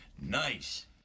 Nice